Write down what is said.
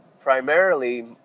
Primarily